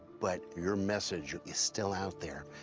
but your message is still out there,